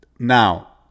Now